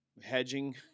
hedging